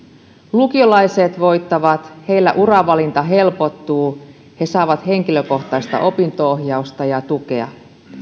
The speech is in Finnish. lukiolaiset voittavat heillä uravalinta helpottuu he saavat henkilökohtaista opinto ohjausta ja tukea